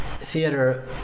theater